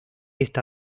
esta